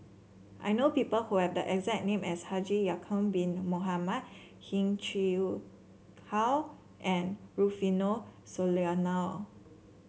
I know people who have the exact name as Haji Ya'acob Bin Mohamed Heng Chee How and Rufino Soliano